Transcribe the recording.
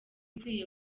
ikwiye